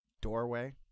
doorway